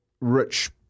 rich